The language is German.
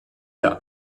der